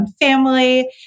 family